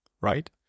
right